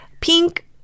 Pink